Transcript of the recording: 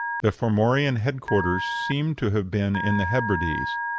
the formorian head-quarters seem to have been in the hebrides.